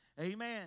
Amen